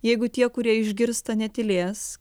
jeigu tie kurie išgirsta netylės